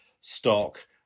stock